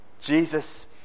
Jesus